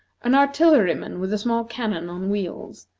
an artilleryman with a small cannon on wheels,